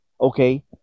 okay